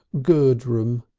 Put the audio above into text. gurdrum!